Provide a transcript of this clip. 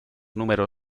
número